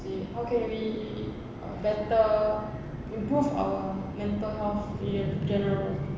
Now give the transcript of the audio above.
how can we uh better improve our mental health area general